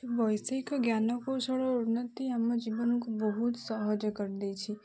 ବୈଷୟିକ ଜ୍ଞାନ କୌଶଳ ଉନ୍ନତି ଆମ ଜୀବନକୁ ବହୁତ ସହଜ କରିଦେଇଛି